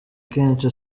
kenshi